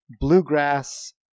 bluegrass